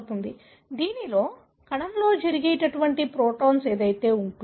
దీనిలో కణంలో జరిగే ప్రోటీన్ కారణంగా మరియు మీరు చేసే RNA కారణంగా వ్యక్తీకరించే జన్యువుల కారణంగా ఇది జరుగుతుంది